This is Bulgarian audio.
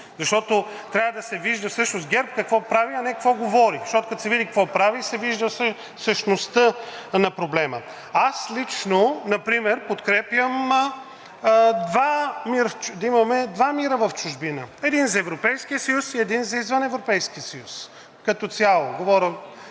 защото трябва да се вижда всъщност ГЕРБ какво прави, а не какво говори, защото, като се види какво прави, се вижда същността на проблема. Аз лично например подкрепям да имаме два МИР-а в чужбина – един за Европейския съюз и един за извън Европейския съюз, като цяло